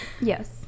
Yes